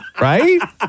right